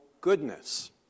goodness